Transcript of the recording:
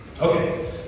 Okay